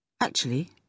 Actually